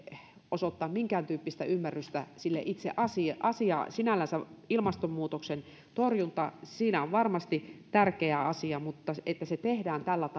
osoittaa minkääntyyppistä ymmärrystä itse asia sinällänsä ilmastonmuutoksen torjunta on varmasti tärkeä asia mutta se että se tehdään tällä